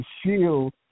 shield